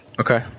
Okay